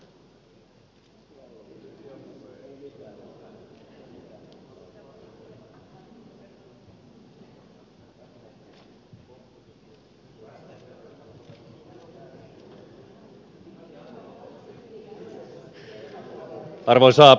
arvoisa puhemies